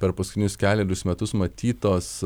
per paskutinius kelerius metus matytos